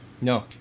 No